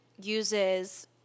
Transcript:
uses